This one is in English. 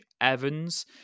Evans